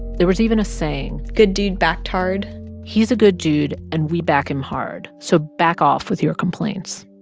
there was even a saying. good dude, backed hard he's a good dude, and we back him hard. so back off with your complaints.